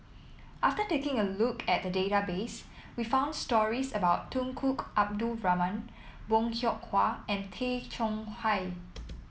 after taking a look at the database we found stories about Tunku Abdul Rahman Bong Hiong Hwa and Tay Chong Hai